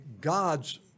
God's